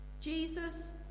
Jesus